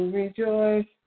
rejoice